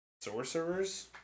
Sorcerers